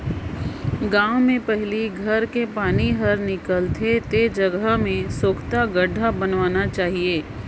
गांव में पहली घर के पानी हर निकल थे ते जगह में सोख्ता गड्ढ़ा बनवाना चाहिए